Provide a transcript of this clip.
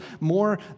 more